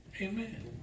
Amen